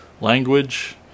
language